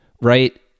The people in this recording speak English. right